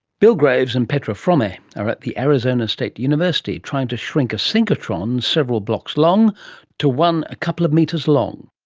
bill graves and petra fromme are at the arizona state university, trying to shrink a synchrotron several blocks long to one a couple of metres long.